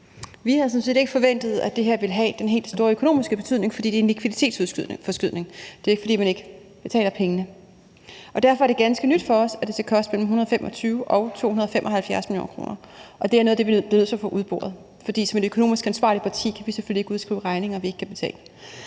sådan set ikke forventet, at det her ville have den helt store økonomiske betydning, for det er en likviditetsforskydning. Det er ikke, fordi man ikke betaler pengene. Derfor er det ganske nyt for os, at det skal koste mellem 125 og 275 mio. kr., og det er noget af det, vi bliver nødt til at få udboret, for som et økonomisk ansvarligt parti kan vi selvfølgelig ikke udskrive regninger, vi ikke kan betale.